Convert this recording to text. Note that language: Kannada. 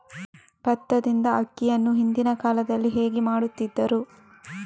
ಭತ್ತದಿಂದ ಅಕ್ಕಿಯನ್ನು ಹಿಂದಿನ ಕಾಲದಲ್ಲಿ ಹೇಗೆ ಮಾಡುತಿದ್ದರು?